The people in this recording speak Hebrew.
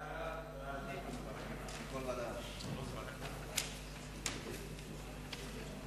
הצעת ועדת הכנסת לתיקון תקנון הכנסת,